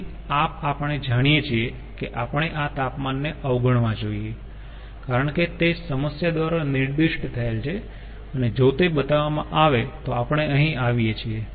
તેથી આ આપણે જાણીએ છીએ કે આપણે આ તાપમાન ને અવગણવા જોઈએ કારણ કે તે સમસ્યા દ્વારા નિર્દિષ્ટ થયેલ છે અને જો તે બતાવવામાં આવે તો આપણે અહીં આવીએ છીએ